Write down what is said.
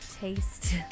taste